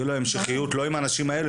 יהיו לו המשכיות לא עם האנשים האלה,